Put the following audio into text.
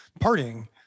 partying